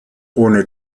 ohne